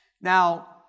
Now